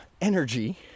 energy